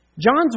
John's